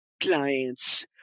clients